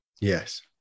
Yes